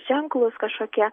ženklūs kažkokie